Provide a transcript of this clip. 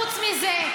חוץ מזה.